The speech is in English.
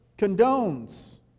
condones